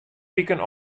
wiken